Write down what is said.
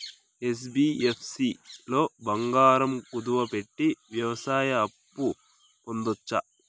NBFC లో బంగారం కుదువు పెట్టి వ్యవసాయ అప్పు పొందొచ్చా?